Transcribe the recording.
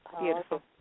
Beautiful